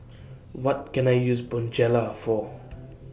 What Can I use Bonjela For